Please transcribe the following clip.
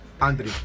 Andre